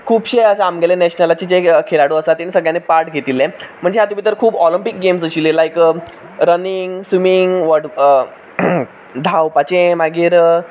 खुबशे आसा आमगेले नेशनलाचे जे खेळाडू आसा तेणी सगळ्यांनी पार्ट घेतिल्ले म्हणजे हातूंत भितर खूब ऑलिंपिक गॅम्स आशिल्ले लायक रनिंग स्विमींग धांवपाचें मागीर